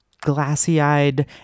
glassy-eyed